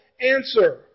answer